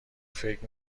فکر